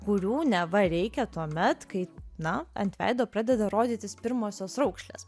kurių neva reikia tuomet kai na ant veido pradeda rodytis pirmosios raukšlės